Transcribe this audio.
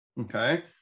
Okay